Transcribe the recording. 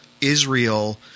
Israel